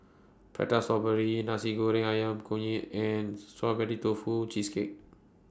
Prata Strawberry Nasi Goreng Ayam Kunyit and Strawberry Tofu Cheesecake